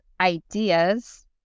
ideas